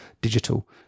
digital